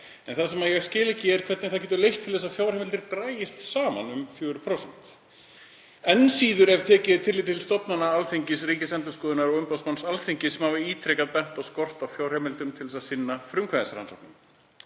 En það sem ég skil ekki er hvernig það getur leitt til þess að fjárheimildir dragist saman um 4%. Enn síður ef tekið er tillit til stofnana Alþingis, Ríkisendurskoðunar og umboðsmanns Alþingis sem hafa ítrekað bent á skort á fjárheimildum til þess að sinna frumkvæðisrannsóknum.